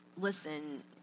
listen